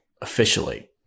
Officially